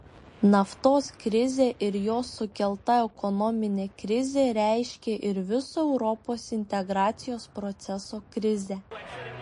naftos krizė ir jos sukelta ekonominė krizė reiškė ir viso europos integracijos proceso krizę